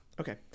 okay